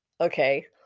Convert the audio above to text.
Okay